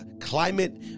climate